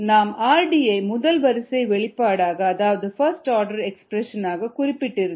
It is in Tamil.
நாம் rd ஐ முதல் வரிசை வெளிப்பாடாக அதாவது பஸ்ட் ஆர்டர் எக்ஸ்பிரஷன் ஆக குறிப்பிட்டிருந்தோம்